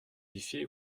modifier